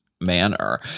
manner